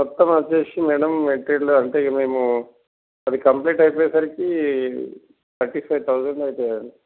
మొత్తం వచ్చేసి మ్యాడమ్ ఎంత ఇండ్ల అంటే ఇక మేము అది కంప్లీట్ అయిపోయేసరికి థర్టీ ఫైవ్ థౌజండ్ అవుతాయి అండి